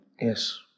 Yes